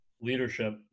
Leadership